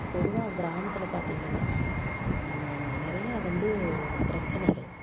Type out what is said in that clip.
பொதுவாக கிராமத்தில் பார்த்தீங்கன்னா நிறையா வந்து பிரச்சனைகள்